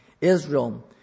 Israel